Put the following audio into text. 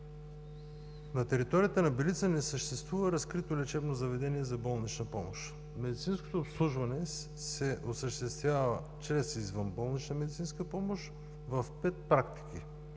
На територията на Белица не съществува разкрито лечебно заведение за болнична помощ. Медицинското обслужване се осъществява чрез извънболнична медицинска помощ в една